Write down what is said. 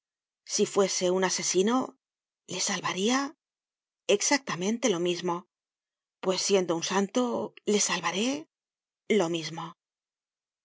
si fuese un asesino le salvaria exactamente lo mismo pues siendo un santo le salvaré lo mismo